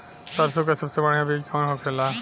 सरसों का सबसे बढ़ियां बीज कवन होखेला?